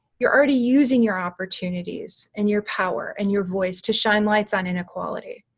you're already using your opportunities and your power and your voice to shine lights on inequality,